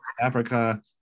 Africa